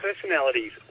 personalities